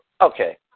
Okay